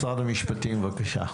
משרד המשפטים, בבקשה.